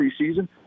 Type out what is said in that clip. preseason